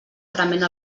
prement